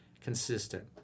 consistent